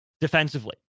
defensively